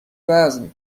وزن